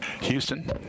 Houston